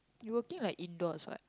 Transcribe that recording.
you working like indoors what